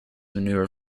manure